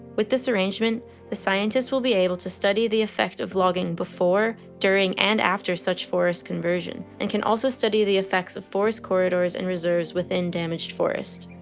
with this arrangement the scientists will be able to study the effect of logging before during and after such forest conversion and can also study the effects of forest corridors and reserves within damaged forests.